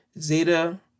Zeta